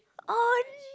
oh